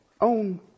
own